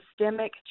systemic